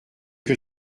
que